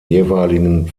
jeweiligen